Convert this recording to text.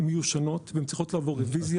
מיושנות והן צריכות לעבור רוויזיה.